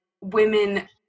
women